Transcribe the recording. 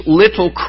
little